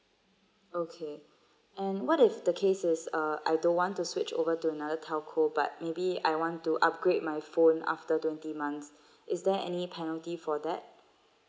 okay and what if the case is uh I don't want to switch over to another telco but maybe I want to upgrade my phone after twenty months is there any penalty for that